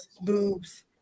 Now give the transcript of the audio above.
boobs